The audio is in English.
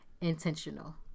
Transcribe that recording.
intentional